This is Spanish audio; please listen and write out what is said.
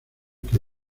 que